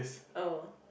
oh